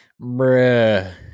bruh